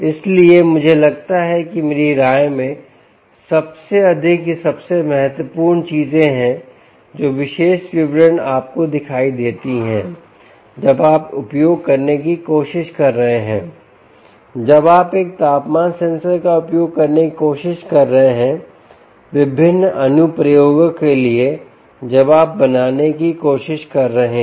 इसलिए मुझे लगता है कि मेरे राय में सबसे अधिक यह सबसे महत्वपूर्ण चीजें हैं जो विशेष विवरण आपको दिखाई देती हैं जब आप उपयोग करने की कोशिश कर रहे हैं जब आप एक तापमान सेंसर का उपयोग करने की कोशिश कर रहे हैं विभिन्न अनुप्रयोगों के लिए जब आप बनाने की कोशिश कर रहे हैं